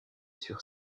sur